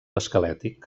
esquelètic